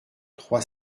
trois